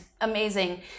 amazing